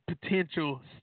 potential